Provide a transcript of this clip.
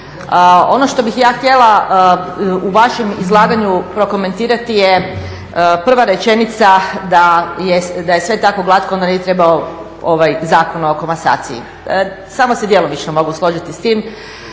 Ono što bih ja htjela u vašem izlaganju prokomentirati je prva rečenica da je sve tako glatko onda ne bi trebao ovaj Zakon o komasaciji, samo se djelomično mogu složiti s time.